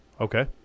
Okay